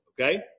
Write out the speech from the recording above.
Okay